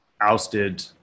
ousted –